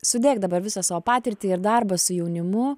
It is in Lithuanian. sudėk dabar visą savo patirtį ir darbą su jaunimu